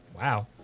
Wow